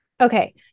Okay